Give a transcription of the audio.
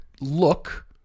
look